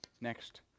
Next